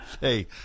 Hey